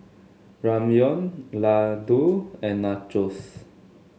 Ramyeon Ladoo and Nachos